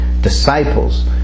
Disciples